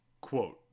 Quote